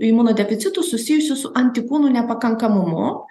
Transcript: imunodeficitų susijusių su antikūnų nepakankamumu